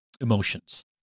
emotions